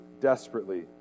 desperately